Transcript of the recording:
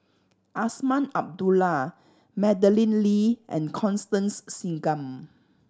Azman Abdullah Madeleine Lee and Constance Singam